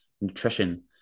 nutrition